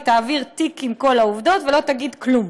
היא תעביר תיק עם כל העובדות ולא תגיד כלום.